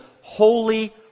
holy